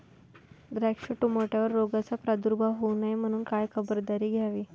द्राक्ष, टोमॅटोवर रोगाचा प्रादुर्भाव होऊ नये म्हणून काय खबरदारी घ्यावी?